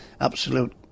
absolute